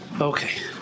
Okay